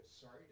Sorry